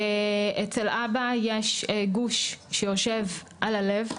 אצל אבא יש גוש שיושב על הלב,